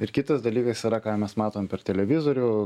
ir kitas dalykas yra ką mes matom per televizorių